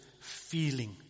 feeling